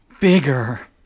bigger